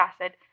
acid